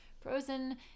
frozen